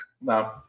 No